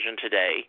today